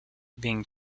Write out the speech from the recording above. being